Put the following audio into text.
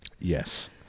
Yes